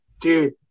dude